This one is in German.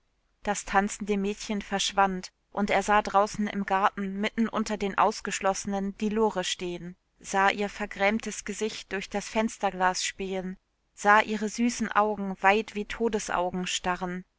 das tanzende mädchen verschwand und er sah draußen im garten mitten unter den ausgeschlossenen die lore stehen sah ihr vergrämtes gesicht durch das fensterglas spähen sah ihre süßen augen weit wie todesaugen starren